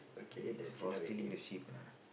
yes for stealing the sheep lah